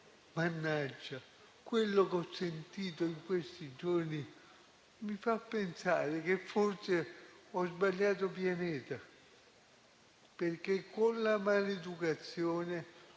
mannaggia, quello che ho sentito in questi giorni mi fa pensare che forse ho sbagliato pianeta, perché con la maleducazione,